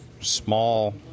small